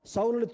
Saul